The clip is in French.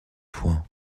point